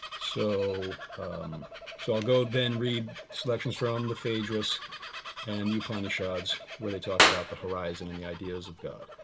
so so i'll go then read selections from the phaedrus and the upanishads where they talk about the horizon and the ideas of god.